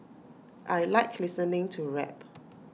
I Like listening to rap